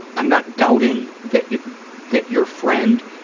i'm not doubting that your that your friend